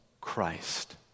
Christ